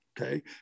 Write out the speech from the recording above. okay